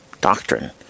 doctrine